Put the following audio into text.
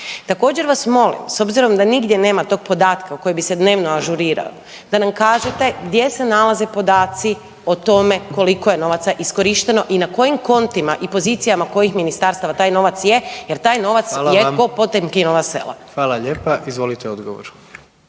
Također vas molim s obzirom da nigdje nema tog podatka koji bi se dnevno ažurirao da nam kažete gdje se nalaze podaci o tome koliko je novaca iskorišteno i na kojim kontima i pozicijama kojih ministarstava taj novac je jer taj novac je ko Potemkinova sela? **Jandroković, Gordan